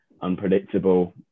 unpredictable